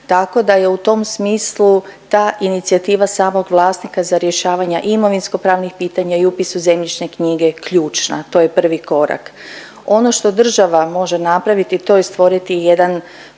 tako da je u tom smislu ta inicijativa samog vlasnika za rješavanje imovinsko pravnih pitanja i upis u zemljišne knjige ključna. To je prvi korak. Ono što država može napraviti to je stvoriti jedan